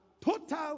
total